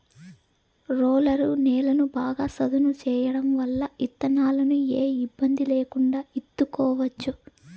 roller నేలను బాగా సదును చేయడం వల్ల ఇత్తనాలను ఏ ఇబ్బంది లేకుండా ఇత్తుకోవచ్చు